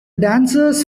dancers